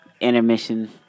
intermission